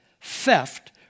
theft